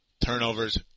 turnovers